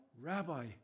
Rabbi